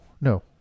No